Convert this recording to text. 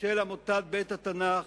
של עמותת בית-התנ"ך